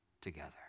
together